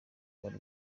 bari